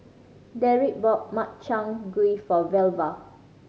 Dedrick bought Makchang Gui for Velva